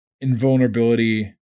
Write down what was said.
invulnerability